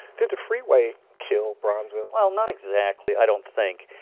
did the freeway kill bronzeville? well not exactly, i don't think.